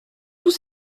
tous